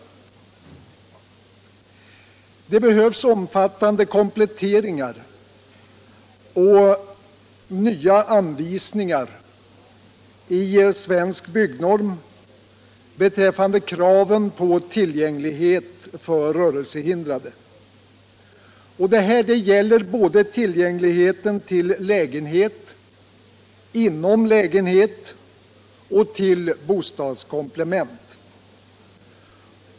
Det behövs omfattande kompletteringar av och nya anvisningar i Svensk Byggnorm beträffande bostäders tillgänglighet för rörelsehindrade. Det gäller då ullgänglighet till lägenhet, inom lägenhet och till bostadskomplement.